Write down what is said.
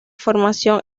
formación